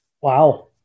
Wow